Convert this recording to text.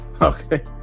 okay